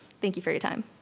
thank you for your time.